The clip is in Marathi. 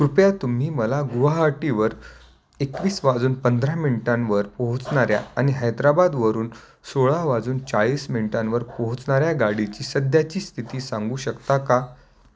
कृपया तुम्ही मला गुवाहाटीवर एकवीस वाजून पंधरा मिनटांवर पोहोचणाऱ्या आणि हैदराबादवरून सोळा वाजून चाळीस मिनटांवर पोहोचणाऱ्या गाडीची सध्याची स्थिती सांगू शकता का